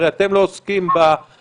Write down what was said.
הרי אתם לא עוסקים בהריסות,